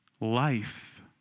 life